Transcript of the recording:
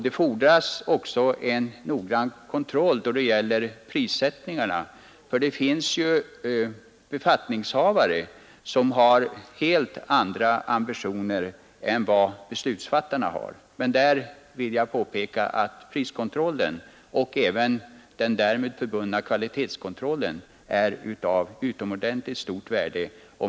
Det fordras också en noggrann kontroll då det gäller prissättningen, för det finns befattningshavare som har helt andra ambitioner än vad beslutsfattarna har. Men där vill jag påpeka att priskontrollen och även den därmed förbundna kvalitetskontrollen är av utomordentligt stort värde.